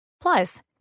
Plus